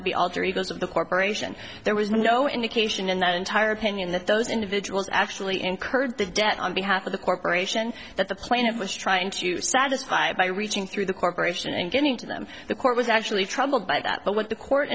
to be alter egos of the corporation there was no indication in that entire opinion that those individuals actually incurred the debt on behalf of the corporation that the plaintiff was trying to satisfied by reaching through the corporation and getting to them the court was actually troubled by that but what the court